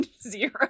zero